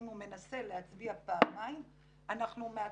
שאם הוא מנסה להצביע פעמיים,